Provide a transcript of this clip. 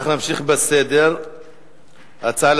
נעבור להצעות